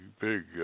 big